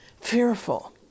fearful